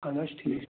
اَہَن حظ ٹھیٖک